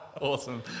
Awesome